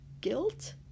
Guilt